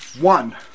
One